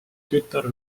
tütar